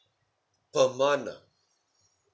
per month ah